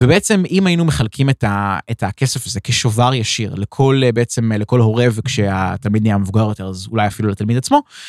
ובעצם אם היינו מחלקים את הכסף הזה כשובר ישיר לכל בעצם, לכל הורה, וכשהתלמיד נהיה מבוגר יותר, אז אולי אפילו לתלמיד עצמו.